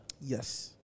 Yes